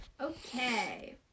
Okay